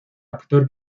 actor